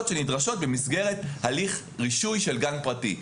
שנדרשות במסגרת הליך רישוי של גן פרטי.